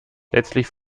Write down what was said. letztlich